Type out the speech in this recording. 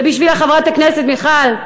זה בשביל חברת הכנסת מיכל.